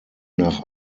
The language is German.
nach